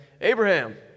Abraham